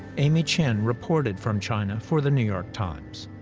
amy qin reported from china for the new york times.